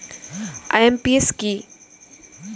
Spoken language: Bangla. আই.এম.পি.এস কি?